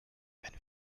wenn